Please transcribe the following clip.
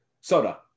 Soda